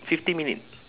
fifty minutes